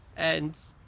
and